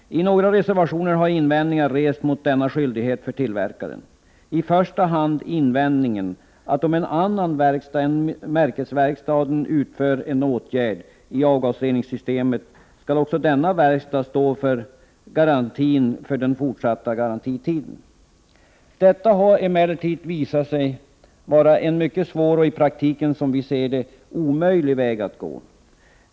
I några reservationer har invändningar rests mot denna skyldighet för tillverkaren. I första hand gäller invändningen att om en annan verkstad än märkesverkstaden utför en åtgärd i avgasreningssystemet, skall denna verkstad också stå för garantin under den fortsatta garantitiden. Detta har emellertid visat sig vara en mycket svår och, som vi ser det, en i praktiken omöjlig väg att gå.